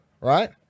right